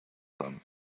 them